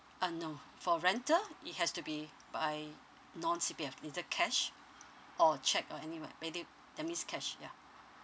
uh no for rental it has to be by non C_P_F either cash or cheque or any way maybe that means cash yeah